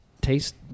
taste